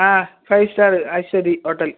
ആ five star Ashwathi hotel